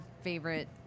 favorite